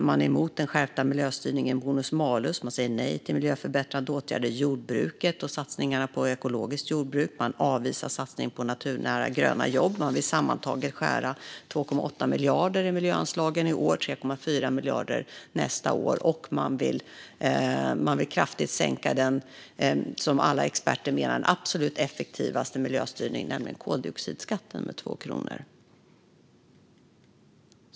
Man är emot den skärpta miljöstyrningen bonus-malus, man säger nej till miljöförbättrande åtgärder i jordbruket och satsningarna på ekologiskt jordbruk och man avvisar satsningen på naturnära gröna jobb. Man vill sammantaget skära 2,8 miljarder i miljöanslagen i år och 3,4 miljarder nästa år, och man vill kraftigt sänka den skatt som alla experter menar är den absolut effektivaste miljöstyrningen, nämligen koldioxidskatten, med 2 kronor.